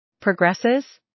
progresses